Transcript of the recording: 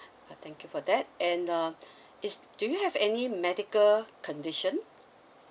thank you for that and um is do you have any medical condition